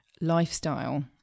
lifestyle